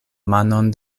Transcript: manon